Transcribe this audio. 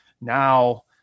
Now